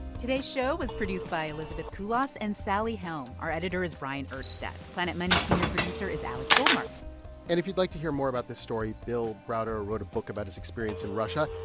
today's show was produced by elizabeth kulas and sally helm. our editor is bryant urstadt. planet money's senior producer is alex goldmark and if you'd like to hear more about this story, bill browder wrote a book about his experience in russia.